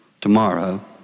Tomorrow